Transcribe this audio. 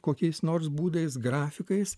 kokiais nors būdais grafikais